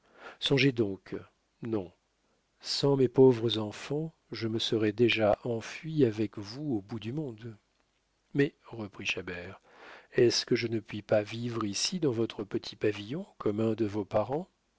songez donc non sans mes pauvres enfants je me serais déjà enfuie avec vous au bout du monde mais reprit chabert est-ce que je ne puis pas vivre ici dans votre petit pavillon comme un de vos parents